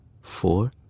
four